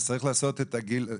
אז צריך לעדכן את הגיל.